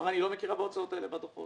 היא אמרה שהיא לא מכירה בהוצאות האלה בדוחות,